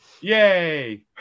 yay